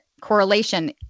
correlation